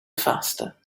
faster